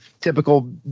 typical